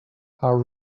how